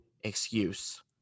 excuse